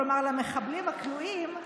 כלומר למחבלים הכלואים,